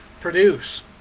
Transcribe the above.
produce